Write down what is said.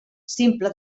simple